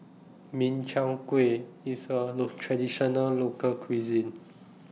Min Chiang Kueh IS A Traditional Local Cuisine